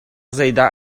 zeidah